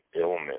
illness